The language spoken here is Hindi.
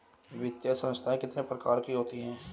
वित्तीय संस्थाएं कितने प्रकार की होती हैं?